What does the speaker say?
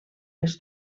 les